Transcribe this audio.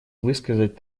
высказать